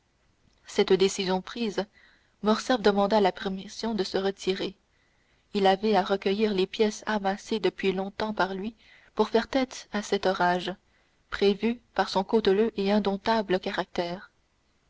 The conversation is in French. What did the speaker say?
cette décision prise morcerf demanda la permission de se retirer il avait à recueillir les pièces amassées depuis longtemps par lui pour faire tête à cet orage prévu par son cauteleux et indomptable caractère